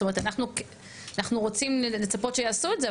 זאת אומרת אנחנו רוצים לצפות שיעשו את זה,